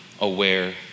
aware